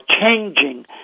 changing